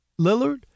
Lillard